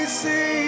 see